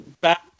back